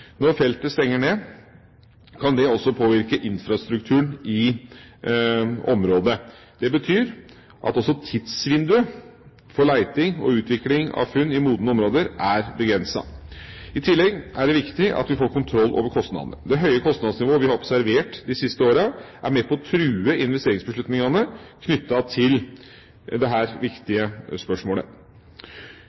Når feltet stenger ned, kan det også påvirke infrastrukturen i området. Det betyr at også tidsvinduet for leting og utvikling av funn i modne områder er begrenset. I tillegg er det viktig at vi får kontroll over kostnadene. Det høye kostnadsnivået vi har observert de siste årene, er med på å true investeringsbeslutningene knyttet til dette viktige spørsmålet.